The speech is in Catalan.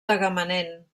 tagamanent